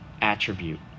attribute